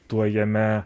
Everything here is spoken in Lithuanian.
tuo jame